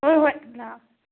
ꯍꯣꯏ ꯍꯣꯏ ꯂꯥꯛꯑꯣ